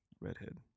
Redhead